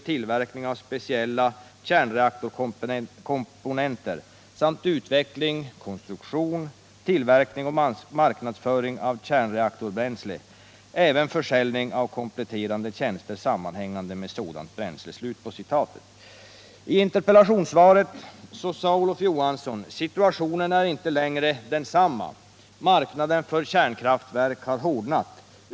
tillverkning av speciella kärnreaktorkomponenter samt utveckling, konstruktion, tillverkning och marknadsföring av kärnreaktorbränsle ävensom försäljning av kompletterande tjänster sammanhängande med sådant bränsle”. ”Situationen är inte längre densamma. Marknaden för kärnkraftverk har hårdnat.